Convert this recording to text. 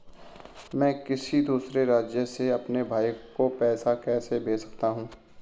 मैं किसी दूसरे राज्य से अपने भाई को पैसे कैसे भेज सकता हूं?